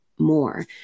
more